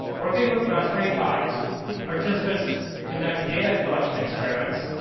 working with raspberry pis, participants conduct data collection experiments,